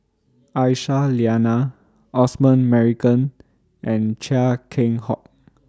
Aisyah Lyana Osman Merican and Chia Keng Hock